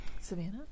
Savannah